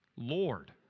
Lord